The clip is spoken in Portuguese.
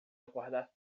acordar